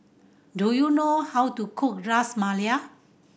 do you know how to cook Ras Malai